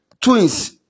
Twins